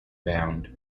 bound